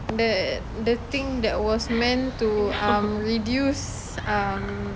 that the thing that was meant to um reduce um